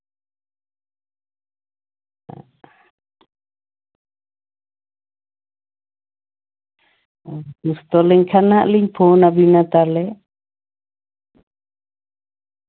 ᱦᱩᱸ ᱵᱮᱥᱛᱚ ᱞᱮᱱᱠᱷᱟᱱ ᱞᱤᱧ ᱯᱷᱳᱱᱟᱵᱮᱱᱟ ᱦᱟᱸᱜ ᱛᱟᱦᱞᱮ